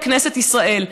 לכנסת ישראל.